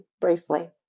briefly